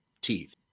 teeth